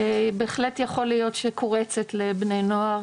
בהחלט יכול להיות שקורצת לבני נוער,